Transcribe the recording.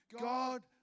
God